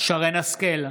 שרן מרים השכל,